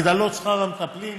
הגדלת שכר המטפלים,